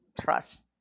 trust